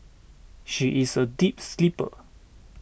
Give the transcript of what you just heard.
she is a deep sleeper